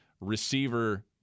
receiver